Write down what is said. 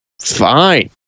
fine